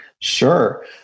Sure